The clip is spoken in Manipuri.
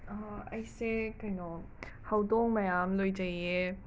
ꯑꯣ ꯑꯩꯁꯦ ꯀꯩꯅꯣ ꯍꯧꯗꯣꯡ ꯃꯌꯥꯝ ꯂꯣꯏꯖꯩꯌꯦ